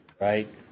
right